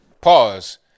Pause